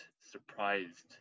surprised